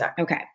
okay